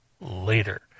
later